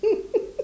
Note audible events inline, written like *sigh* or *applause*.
*laughs*